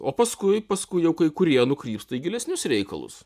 o paskui paskui jau kai kurie nukrypsta į gilesnius reikalus